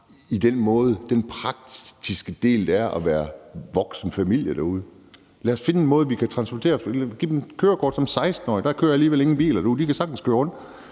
bare i den praktiske del af det at være voksende familie derude. Lad os finde en måde at transportere folk på. Giv dem kørekort som 16-årige. Der kører alligevel ingen biler derude. De kan sagtens køre rundt.